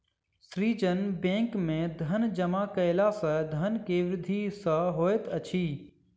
सृजन बैंक में धन जमा कयला सॅ धन के वृद्धि सॅ होइत अछि